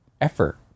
effort